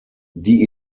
die